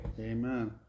Amen